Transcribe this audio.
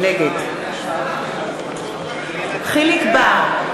נגד יחיאל חיליק בר,